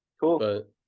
Cool